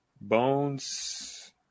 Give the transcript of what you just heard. Bones